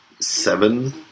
Seven